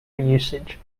usage